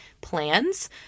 plans